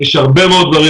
יש הרבה מאוד דברים